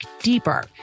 deeper